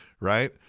right